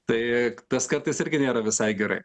tai tas kartais irgi nėra visai gerai